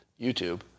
YouTube